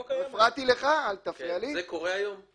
אתה רואה שהתכולה שלהן היא פסולת של שיפוצים.